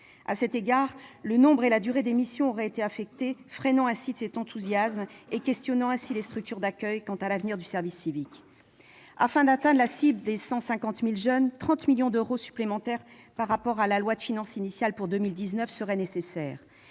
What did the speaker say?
À cet égard, le nombre et la durée des missions auraient été affectés, freinant ainsi cet « enthousiasme » et questionnant les structures d'accueil quant à l'avenir du service civique. Afin d'atteindre la cible des 150 000 jeunes, 30 millions d'euros supplémentaires seraient nécessaires par rapport à la loi de finances initiale pour 2019, soit 17 millions